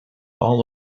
all